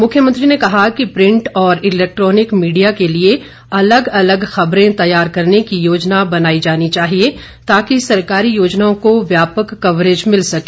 मुख्यमंत्री ने कहा कि प्रिंट और इलैक्ट्रॉनिक मीडिया के लिए अलग अलग खबरें तैयार करने की योजना बनाई जानी चाहिए ताकि सरकारी योजनाओं को व्यापक कवरेज मिल सके